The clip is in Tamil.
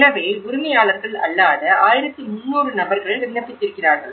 எனவே உரிமையாளர்கள் அல்லாத 1300 நபர்கள் விண்ணப்பித்திருக்கிறார்கள்